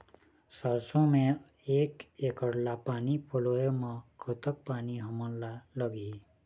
सरसों म एक एकड़ ला पानी पलोए म कतक पानी हमन ला लगही?